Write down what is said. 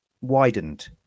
widened